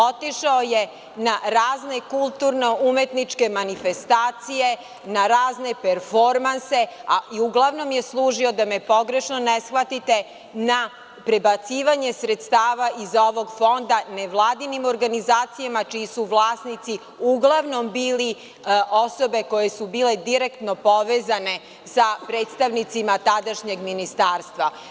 Otišao je na razne kulturne umetničke manifestacije, na razne performanse i uglavnom je služio, da me ne shvatite pogrešno, na prebacivanje sredstava iz ovog fonda nevladinim organizacijama čiji su vlasnici uglavnom bile osobe koje su bile direktno povezane sa predstavnicima tadašnjeg ministarstva.